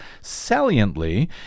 Saliently